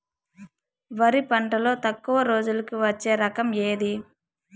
వరి పంటలో తక్కువ రోజులకి వచ్చే రకం ఏది?